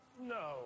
No